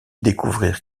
découvrir